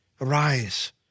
Arise